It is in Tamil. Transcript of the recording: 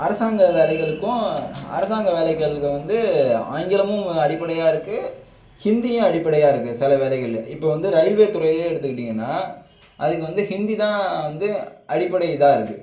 அரசாங்க வேலைகளுக்கும் அரசாங்க வேலைகள் வந்து ஆங்கிலமும் அடிப்படையாக இருக்குது ஹிந்தியும் அடிப்படையாக இருக்குது சில வேலைகளில் இப்போது வந்து ரயில்வே துறையே எடுத்துகிட்டீங்கன்னால் அதுக்கு வந்து ஹிந்திதான் வந்து அடிப்படை இதாக இருக்குது